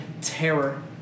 terror